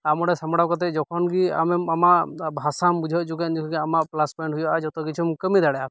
ᱟᱢ ᱚᱸᱰᱮ ᱥᱟᱢᱵᱽᱲᱟᱣ ᱠᱟᱛᱮ ᱡᱚᱠᱷᱚᱱᱜᱮ ᱟᱢᱮᱢ ᱟᱢᱟᱜ ᱵᱷᱟᱥᱟᱢ ᱵᱩᱡᱷᱟᱹᱣ ᱚᱪᱚ ᱠᱚᱣᱟ ᱤᱱᱟᱹ ᱠᱷᱚᱡᱜᱮ ᱟᱢᱟᱜ ᱯᱞᱟᱥ ᱯᱚᱭᱮᱱᱴ ᱦᱩᱭᱩᱜᱼᱟ ᱡᱚᱛᱚ ᱠᱤᱪᱷᱩᱢ ᱠᱟᱹᱢᱤ ᱫᱟᱲᱮᱭᱟᱜᱼᱟ